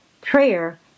Prayer